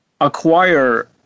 acquire